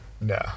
no